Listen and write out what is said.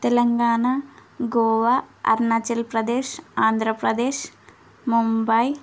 Telangana Goa Arunachal Pradesh Andhra Pradesh Mumbai